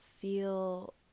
feel